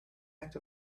act